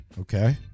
okay